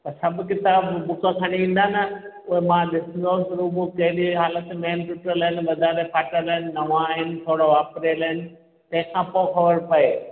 त सभु किताब बुक खणी ईंदा न पोइ मां ॾिसंदुमि त हू बुक कहिड़ी हालत में आहिनि टुटल आहिनि वधारियल फाटल आहिनि नवां आहिनि थोरो वापरियल आहिनि तंहिंखां पोइ ख़बर पए